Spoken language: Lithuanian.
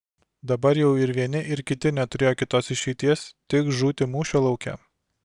dabar jau ir vieni ir kiti neturėjo kitos išeities tik žūti mūšio lauke